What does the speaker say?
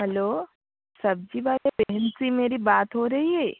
hello सब्जी वाली बहन से मेरी बात हो रही है